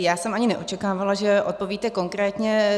Já jsem ani neočekávala, že odpovíte konkrétně.